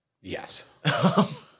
Yes